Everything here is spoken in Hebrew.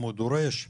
אם הוא דורש תיאום,